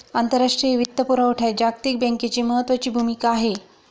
आंतरराष्ट्रीय वित्तपुरवठ्यात जागतिक बँकेची महत्त्वाची भूमिका आहे